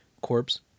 corpse